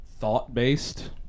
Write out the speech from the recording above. thought-based